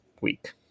week